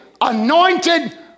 Anointed